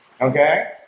Okay